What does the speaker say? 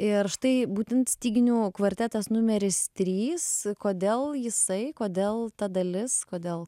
ir štai būtent styginių kvartetas numeris trys kodėl jisai kodėl ta dalis kodėl